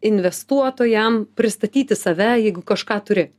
investuotojam pristatyti save jeigu kažką turi